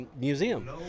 museum